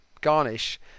garnish